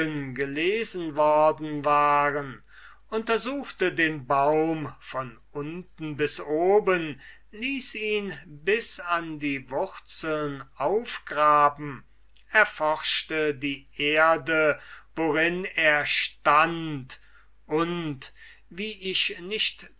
gelesen worden waren untersuchte den baum von unten bis oben ließ ihn bis an die wurzeln aufgraben erforschte die erde worin er stund und wie ich nicht